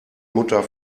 mutter